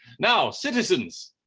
now, citizens,